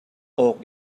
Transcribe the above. awk